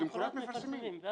למחרת מפרסמים.